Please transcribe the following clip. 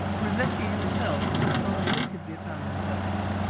rossetti himself, who translated the italian poets,